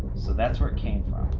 so that's where it came from.